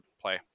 play